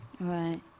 Right